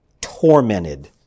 tormented